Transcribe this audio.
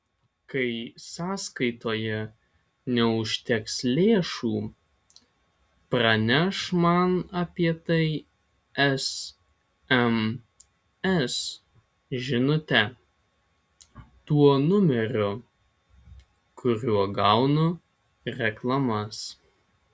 kai sąskaitoje neužteks lėšų praneš man apie tai sms žinute tuo numeriu kuriuo gaunu reklamas